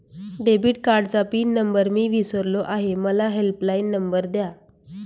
debit कार्डचा PIN number मी विसरलो आहे मला हेल्पलाइन नंबर द्या